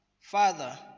father